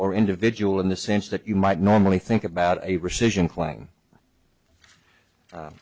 or individual in the sense that you might normally think about